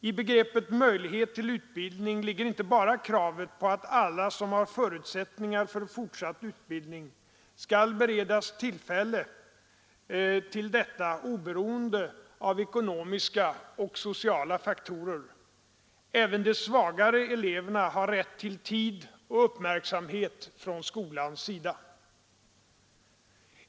I begreppet möjlighet till utbildning ligger inte bara kravet på att alla, som har förutsättningar för fortsatt utbildning, skall beredas tillfälle till detta, oberoende av ekonomiska och sociala faktorer. Även de svagare eleverna har rätt till tid och uppmärksamhet från skolans sida.